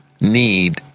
need